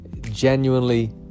genuinely